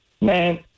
Man